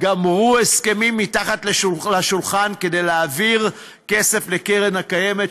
גמרו הסכמים מתחת לשולחן כדי להעביר כסף לקרן קיימת,